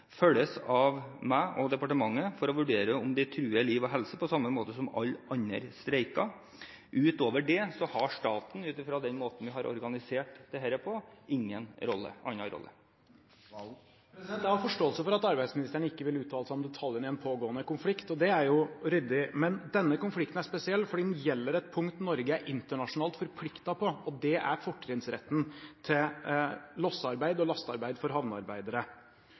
følges av meg og departementet for å vurdere om det truer liv og helse, på samme måte som alle andre streiker. Utover det har staten, ut fra den måten vi har organisert dette på, ingen annen rolle. Jeg har forståelse for at arbeidsministeren ikke vil uttale seg om detaljene i en pågående konflikt, og det er jo ryddig. Men denne konflikten er spesiell, for den gjelder et punkt Norge er internasjonalt forpliktet på, og det er fortrinnsretten til lossearbeid og lastearbeid for havnearbeidere.